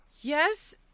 Yes